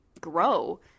grow